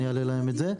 אני אעלה אליהם את זה.